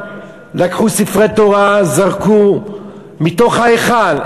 לקחו ספרי תורה וזרקו מתוך ההיכל.